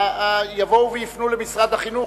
יבואו ויפנו אל משרד החינוך,